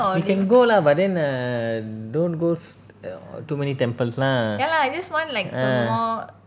we can go lah but then err don't go s~ err too many temples lah ah